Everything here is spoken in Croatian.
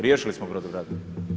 Riješili smo brodogradnju.